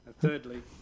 thirdly